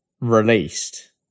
released